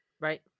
Right